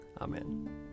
Amen